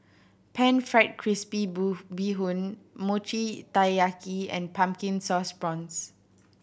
pan fried crispy bee hoon Mochi Taiyaki and Pumpkin Sauce Prawns